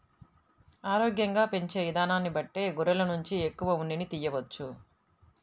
ఆరోగ్యంగా పెంచే ఇదానాన్ని బట్టే గొర్రెల నుంచి ఎక్కువ ఉన్నిని తియ్యవచ్చు